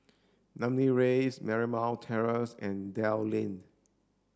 Namly Rise Marymount Terrace and Dell Lane